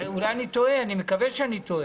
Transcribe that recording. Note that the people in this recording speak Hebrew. אולי אני טועה, אני מקווה שאני טועה.